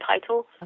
title